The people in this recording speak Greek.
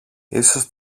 ίσως